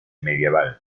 medieval